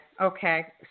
okay